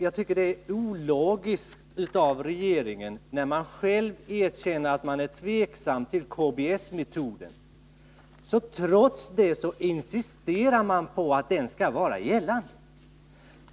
Jag tycker det är ologiskt att som regeringen gör å ena sidan erkänna att man är tveksam till KBS-metoden men å den andra insistera på att den skall tillämpas.